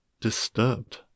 disturbed